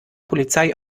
polizei